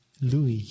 Louis